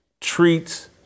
treats